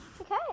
Okay